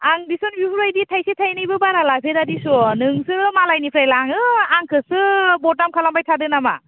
आं दिसुन बेफोरबायदि थाइसे थाइनैबो बारा लाफेरा दिसु नोंसोरो मालायनिफ्राय लाङो आंखौसो बदनाम खालामबाय थादों नामा